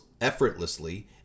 effortlessly